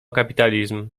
kapitalizm